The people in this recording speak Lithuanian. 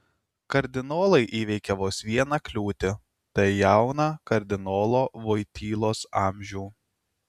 kardinolai įveikė vos vieną kliūtį tai jauną kardinolo voitylos amžių